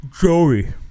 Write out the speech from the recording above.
Joey